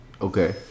Okay